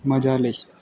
મજા લે